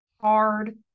hard